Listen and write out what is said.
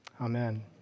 Amen